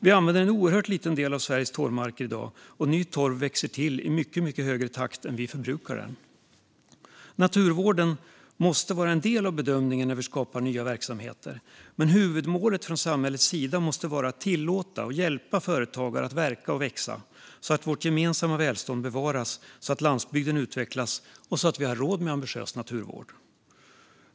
Vi använder en oerhört liten del av Sveriges torvmarker i dag, och ny torv växer till i mycket högre takt än vi förbrukar den. Naturvården måste vara en del av bedömningen när vi skapar nya verksamheter. Men huvudmålet från samhällets sida måste vara att tillåta och hjälpa företagare att verka och växa så att vårt gemensamma välstånd bevaras, så att landsbygden utvecklas och så att vi har råd med ambitiös naturvård.